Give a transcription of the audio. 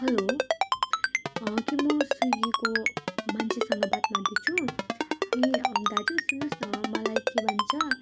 hello के म स्विगीको मान्छेसँग बात मार्दैछु ए दाजु सुन्नुहोस् न मलाई के भन्छ